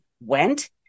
went